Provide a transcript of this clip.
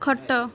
ଖଟ